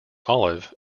olive